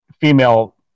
female